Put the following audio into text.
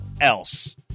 else